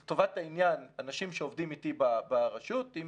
אתה אומר, אם